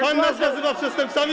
Pan nas nazywa przestępcami.